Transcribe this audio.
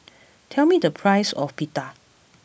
tell me the price of Pita